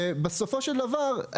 בסופו של דבר,